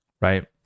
right